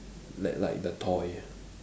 like like the toy